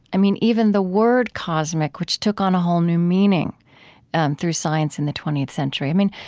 i mean, even the word cosmic, which took on a whole new meaning and through science in the twentieth century. i mean,